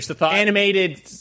animated